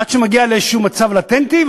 עד שהוא מגיע לאיזשהו מצב לטנטי,